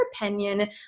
opinion